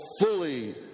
fully